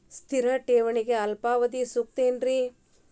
ಸ್ಥಿರ ಠೇವಣಿಗೆ ಅಲ್ಪಾವಧಿ ಸೂಕ್ತ ಏನ್ರಿ?